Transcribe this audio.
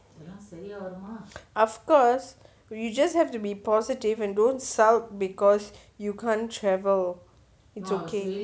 of course you just have to be positive and don't sulk because you can't travel it's okay